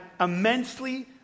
immensely